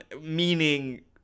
meaning